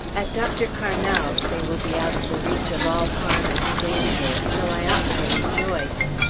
at dr. carnal's they will be out of the reach of all harm and danger so i ought to rejoice.